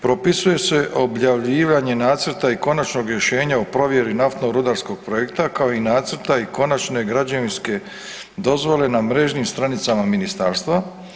Propisuje se objavljivanje nacrta i konačnog rješenja o provjeri naftno-rudarskog projekta kao i nacrta i konačne građevinske dozvole na mrežnim stranicama ministarstva.